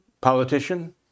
politician